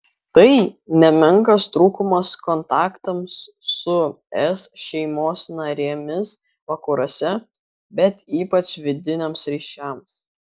tai nemenkas trūkumas kontaktams su es šeimos narėmis vakaruose bet ypač vidiniams ryšiams